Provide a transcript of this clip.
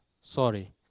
sorry